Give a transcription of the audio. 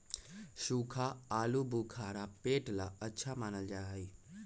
सूखा आलूबुखारा पेट ला अच्छा मानल जा हई